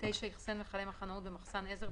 איחסן מכלי מחנאות במחסן עזר,